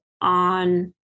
on